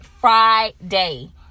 Friday